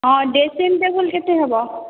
ହଁ dressing table କେତେ ହବ